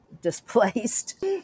displaced